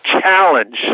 challenge